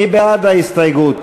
מי בעד ההסתייגות?